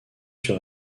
sur